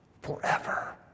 forever